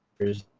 there's